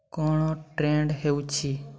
କ'ଣ ଟ୍ରେଣ୍ଡ ହେଉଛି